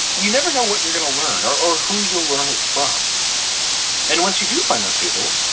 you never know what you're going to learn or or who you'll learn it from and once you do find those people,